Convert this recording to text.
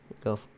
Go